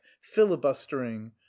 filibustering